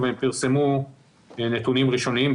אבל הם פרסמו נתונים ראשוניים,